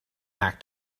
act